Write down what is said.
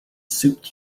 suit